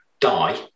die